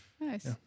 Nice